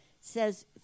says